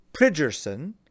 Pridgerson